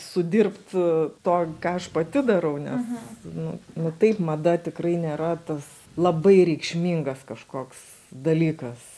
sudirbt to ką aš pati darau nes nu nu taip mada tikrai nėra tas labai reikšmingas kažkoks dalykas